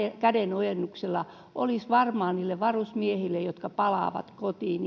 kädenojennus olisi varmaan niille varusmiehille jotka palaavat kotiin